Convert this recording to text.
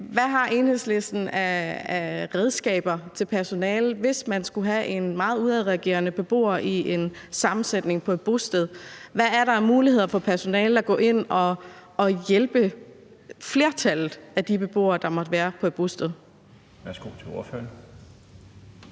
Hvad har Enhedslisten af redskaber til personalet, hvis man skulle have en meget udadreagerende beboer i en sammensætning på et bosted? Hvad er der af muligheder for personalet for at gå ind at hjælpe flertallet af de beboere, der måtte være på et bosted? Kl. 12:09 Den